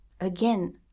Again